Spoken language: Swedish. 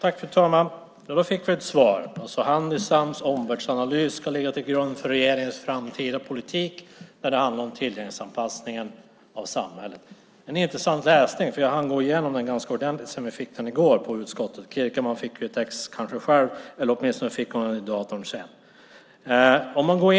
Fru talman! Då fick vi ett svar. Handisams omvärldsanalys ska ligga till grund för regeringens framtida politik när det gäller tillgänglighetsanpassningen av samhället. Det är intressant läsning; jag har hunnit gå igenom den ganska ordentligt sedan vi fick den i går i utskottet. Kierkemann fick kanske ett exemplar också, eller åtminstone fick hon ett i dag.